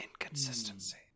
Inconsistency